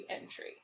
entry